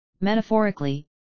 Metaphorically